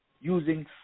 using